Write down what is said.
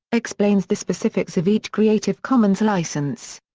explains the specifics of each creative commons license.